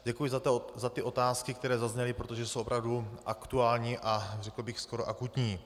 Děkuji za otázky, které zazněly, protože jsou opravdu aktuální a řekl bych skoro akutní.